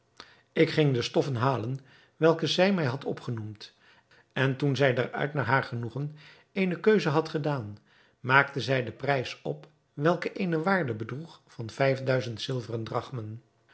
ik ging de stoffen halen welke zij mij had opgenoemd en toen zij daaruit naar haar genoegen eene keus had gedaan maakten wij den prijs op welk eene waarde bedroeg van vijf duizend zilveren drachmen